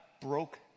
broke